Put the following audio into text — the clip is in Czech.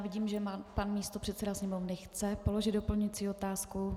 Vidím, že pan místopředseda Sněmovny chce položit doplňující otázku.